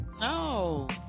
no